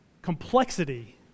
Complexity